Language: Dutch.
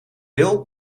wil